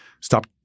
stop